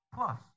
Plus